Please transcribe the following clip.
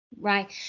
right